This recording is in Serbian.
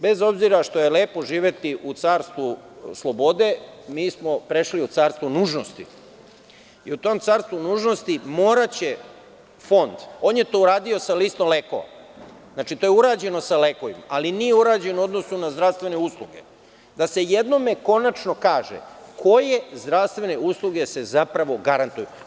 Bez obzira što je lepo živeti u carstvu slobode, mi smo prešli u carstvo nužnosti i u tom carstvu nužnosti moraće Fond, on je to uradio sa listom lekova, znači, to je urađeno sa lekovima, ali nije urađeno u odnosu na zdravstvene usluge, da jednom konačno kaže koje zdravstvene usluge se garantuju.